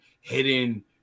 hidden